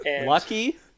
Lucky